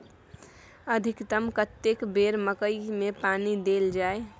अधिकतम कतेक बेर मकई मे पानी देल जाय?